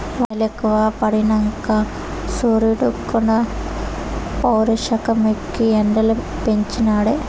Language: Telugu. వానలెక్కువ పడినంక సూరీడుక్కూడా పౌరుషమెక్కి ఎండలు పెంచి నాడే